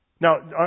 Now